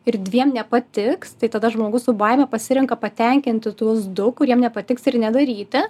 ir dviem nepatiks tai tada žmogus su baime pasirenka patenkinti tuos du kuriem nepatiks ir nedaryti